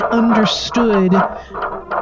understood